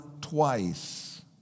twice